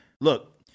Look